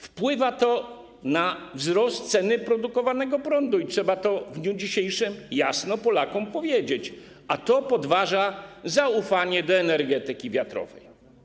Wpływa to na wzrost ceny produkowanego prądu, co trzeba w dniu dzisiejszym jasno Polakom powiedzieć, a to podważa zaufanie do energetyki wiatrowej.